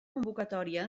convocatòria